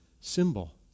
symbol